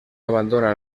abandona